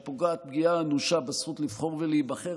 שפוגעת פגיעה אנושה בזכות לבחור ולהיבחר.